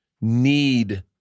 need